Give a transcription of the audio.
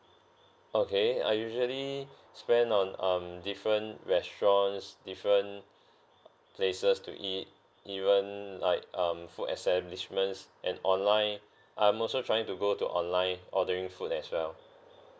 okay I usually spend on um different restaurants different places to eat even like um food establishments and online I'm also trying to go to online ordering food as well